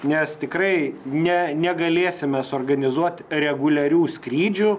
nes tikrai ne negalėsime suorganizuot reguliarių skrydžių